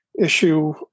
issue